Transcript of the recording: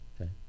Okay